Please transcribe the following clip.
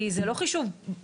כי זה לא חישוב בסיס,